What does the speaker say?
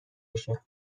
بشه